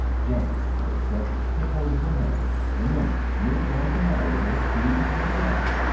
jan, erick said. take hold of her hand! remember, you're going to marry her she's your bride.